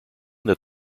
that